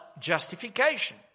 justification